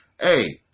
Hey